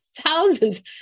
thousands